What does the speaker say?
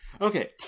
Okay